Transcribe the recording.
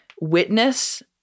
witness